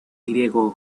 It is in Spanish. griego